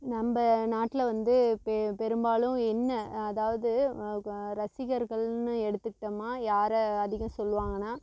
நம்ம நாட்டில் வந்து பெரும்பாலும் என்ன அதாவது ரசிகர்கள்னு எடுத்துட்டோம்னா யாரை அதிகம் சொல்வாங்கனா